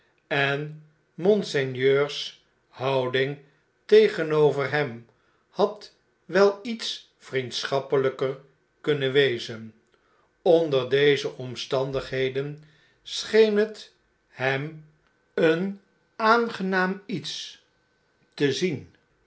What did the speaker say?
en monseigneurs houding tegenover hem had wel iets vnendschappeln'ker kunnen wezen onder deze omstandigheden scheen het hem een aangenaam iets te zien